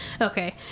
Okay